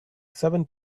seven